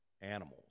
animals